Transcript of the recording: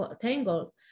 tangled